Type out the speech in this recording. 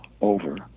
over